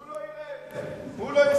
הוא לא ירד, הוא לא יסיים.